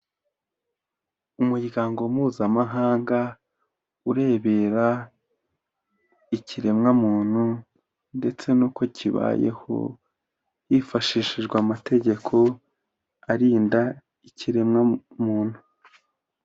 Umuryango Mpuzamahanga, urebera ikiremwamuntu ndetse n'uko kibayeho, hifashishijwe amategeko arinda ikiremwamuntu.